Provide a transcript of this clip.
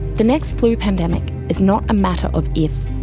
the next flu pandemic is not a matter of if,